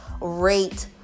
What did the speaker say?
rate